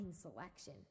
selection